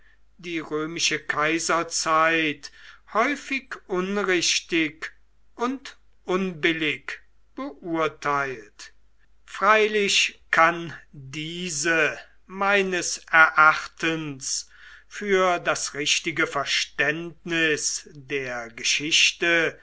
die römische kaiserzeit häufig unrichtig und unbillig beurteilt freilich kann diese meines erachtens für das richtige verständnis der geschichte